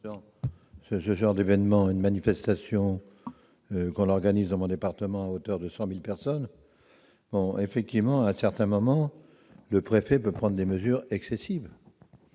Dans ce genre d'événement, une manifestation qu'on organise dans mon département, auteurs de 100000 personnes, bon effectivement, à certains moments, le préfet peut prendre des mesures excessives,